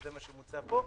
וזה מה שמוצע פה.